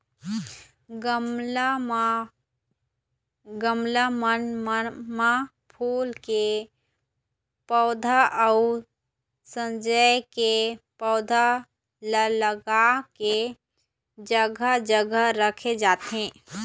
गमला मन म फूल के पउधा अउ सजाय के पउधा ल लगा के जघा जघा राखे रहिथे